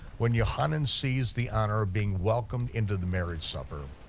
when yochanan sees the honor of being welcomed into the marriage supper,